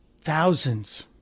thousands